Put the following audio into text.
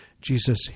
Jesus